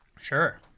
Sure